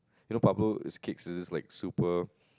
you know Pablo it's cakes is just like super